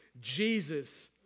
Jesus